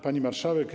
Pani Marszałek!